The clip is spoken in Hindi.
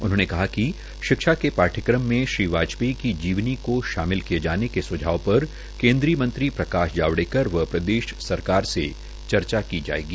उन्होंने कहा कि शिक्षा के पाठ्यक्रम मे श्री वाजपेयी की जीवनी को शामिल किये जाने पर स्झाव केन्द्रीय मंत्री प्रकाश जावड़ेक्वर व प्रदेश सरकार से चर्चा की जायेगी